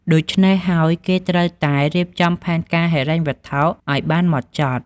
ដូច្នេះហើយគេត្រូវតែរៀបចំផែនការហិរញ្ញវត្ថុឲ្យបានម៉ត់ចត់។